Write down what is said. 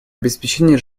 обеспечение